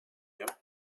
you